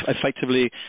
effectively